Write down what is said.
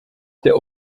der